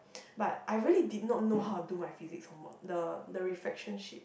but I really did not know how to do my physics homework the the reflection sheet